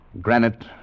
Granite